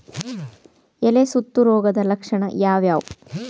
ಎಲೆ ಸುತ್ತು ರೋಗದ ಲಕ್ಷಣ ಯಾವ್ಯಾವ್?